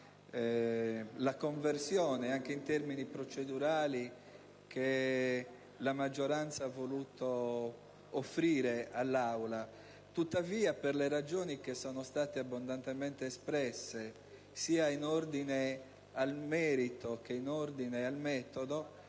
la conversione anche in termini procedurali che la maggioranza ha voluto offrire all'Assemblea; tuttavia, per le ragioni che sono state abbondantemente espresse sia in ordine al merito che in ordine al metodo,